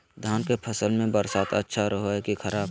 धान के फसल में बरसात अच्छा रहो है कि खराब?